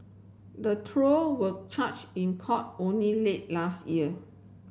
the trio were charged in court only late last year